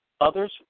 Others